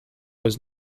was